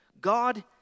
God